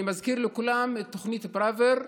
אני מזכיר לכולם את תוכנית פראוור,